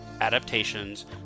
adaptations